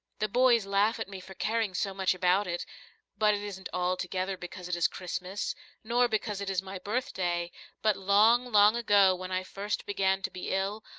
the boys laugh at me for caring so much about it but it isn't altogether because it is christmas nor because it is my birthday but long, long ago, when i first began to be ill,